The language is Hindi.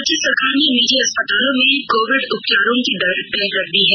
राज्य सरकार ने निजी अस्पतालों में कोविड उपचारों की दर तय कर दी है